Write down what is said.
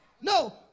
No